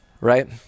right